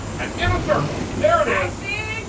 and in a circle. there it and so